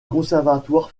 conservatoire